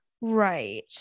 Right